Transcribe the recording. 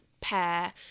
pair